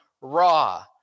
raw